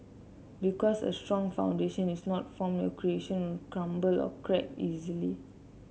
because a strong foundation is not formed your creation will crumble or crack easily